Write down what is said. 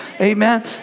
Amen